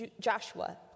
Joshua